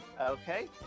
Okay